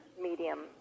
medium